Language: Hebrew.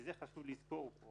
וחשוב לזכור את זה.